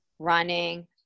running